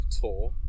Tour